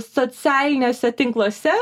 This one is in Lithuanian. socialiniuose tinkluose